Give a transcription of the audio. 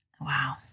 Wow